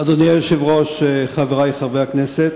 אדוני היושב-ראש, חברי חברי הכנסת,